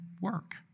work